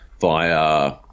via –